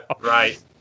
Right